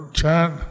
chant